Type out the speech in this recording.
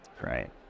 Right